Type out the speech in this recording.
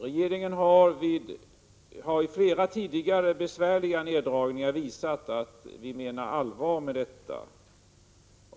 Regeringen har vid flera tidigare besvärliga neddragningar visat att vi menar allvar med detta.